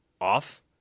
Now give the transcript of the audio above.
Off